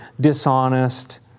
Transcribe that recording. dishonest